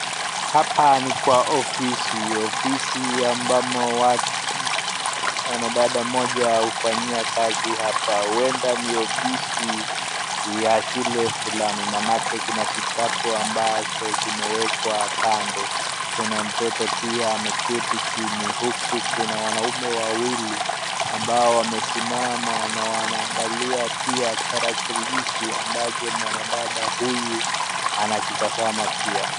Hapa ni kwa ofisi ofisi ambamo mwanadada mmoja hufanyia kazi hapa huenda ni ofisi ya shule fulani manake kuna vitabu ambazo zimewekwa kando kuna mtoto ameketi chini huku kuna wanaume wawili ambao wamesimama na wanaangalia pia tarakilishi ambacho mwanadada huyu anakitazama pia.